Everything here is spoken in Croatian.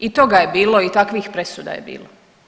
I toga je bilo, i takvih presuda je bilo.